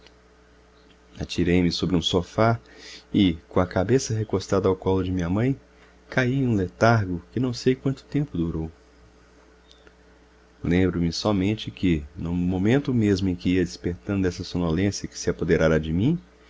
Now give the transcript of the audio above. atirei-me sobre um sofá e com a cabeça recostada ao colo de minha mãe caí em um letargo que não sei quanto tempo durou lembro-me somente que no momento mesmo em que ia despertando dessa sonolência que se apoderara de mim